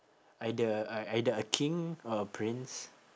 either ei~ either a king or a prince